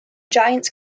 giants